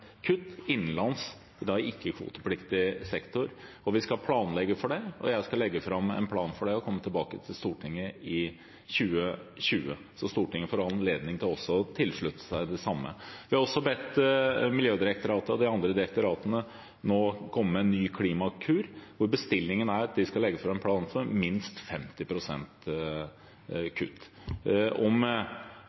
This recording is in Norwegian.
kutt innenlands i ikke-kvotepliktig sektor. Vi skal planlegge for det, og jeg skal legge fram en plan og komme tilbake til Stortinget i 2020, så Stortinget får anledning til å tilslutte seg det samme. Vi har også bedt Miljødirektoratet og de andre direktoratene komme med en ny klimakur, bestillingen er at de skal legge fram en plan for minst 50 pst. kutt.